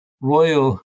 royal